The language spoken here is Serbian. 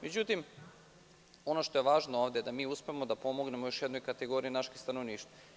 Međutim, ono što je ovde važno to je da mi uspemo da pomognemo još jednoj kategoriji našeg stanovništva.